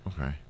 Okay